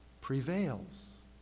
prevails